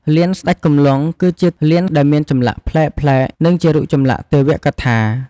លានស្ដេចគំលង់ គឺជាលានដែលមានចម្លាក់ប្លែកៗ និងជារូបចម្លាក់ទេវកថា។